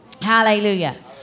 Hallelujah